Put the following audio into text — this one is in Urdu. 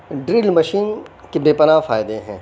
گرل مشین کے بے پناہ فائدے ہیں